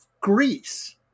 Greece